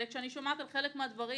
וכשאני שומעת על חלק מהדברים,